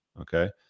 okay